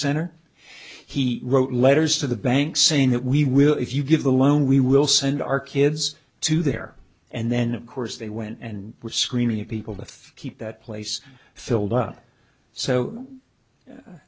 center he wrote letters to the bank saying that we will if you give the loan we will send our kids to there and then of course they went and were screaming at people to keep that place filled up so